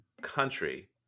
country